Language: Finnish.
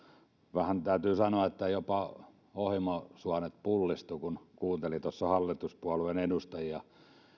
vähän täytyy sanoa että jopa ohimosuonet pullistuivat kun kuunteli tuossa hallituspuolueiden edustajia